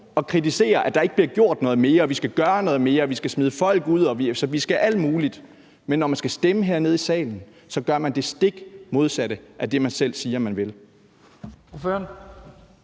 og kritiserer, at der ikke bliver gjort noget mere, og at vi skal gøre noget mere og vi skal smide folk ud og vi skal alt muligt. Men når man skal stemme hernede i salen, gør man det stik modsatte af det, man selv siger man vil.